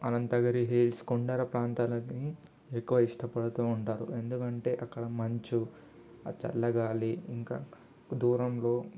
Anantagiri hills కొండల ప్రాంతాలన్నీ ఎక్కువ ఇష్టపడుతూ ఉంటారు ఎందుకంటే అక్కడ మంచు ఆ చల్లగాలి ఇంకా దూరంలో అలా